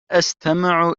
أستمع